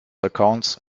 accounts